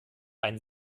ein